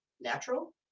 natural